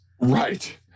Right